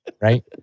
Right